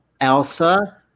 Elsa